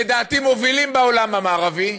לדעתי מובילים בעולם המערבי,